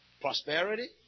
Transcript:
prosperity